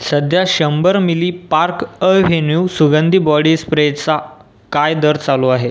सध्या शंभर मिली पार्क अव्हेन्यू सुगंधी बॉडी स्प्रेचा काय दर चालू आहे